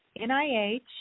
NIH